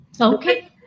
Okay